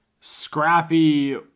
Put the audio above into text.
scrappy